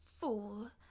fool